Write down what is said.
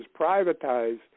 privatized